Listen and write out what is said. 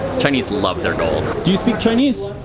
chinese love their gold. do you speak chinese?